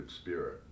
spirit